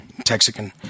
Texican